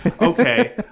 Okay